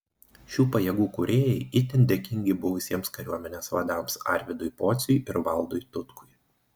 šių pajėgų kūrėjai itin dėkingi buvusiems kariuomenės vadams arvydui pociui ir valdui tutkui